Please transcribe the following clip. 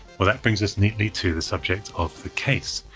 well, that brings us neatly to the subject of the case.